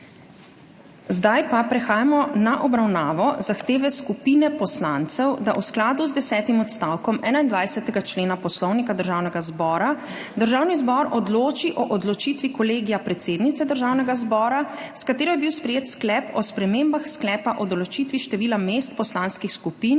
sprejet. Prehajamo na obravnavo Zahteve skupine poslancev, da v skladu z desetim odstavkom 21. člena Poslovnika Državnega zbora Državni zbor odloči o odločitvi Kolegija predsednice Državnega zbora, s katero je bil sprejet Sklep o spremembah Sklepa o določitvi števila mest poslanskih skupin